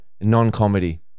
non-comedy